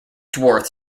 dwarfs